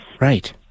Right